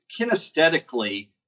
kinesthetically